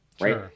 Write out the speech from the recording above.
right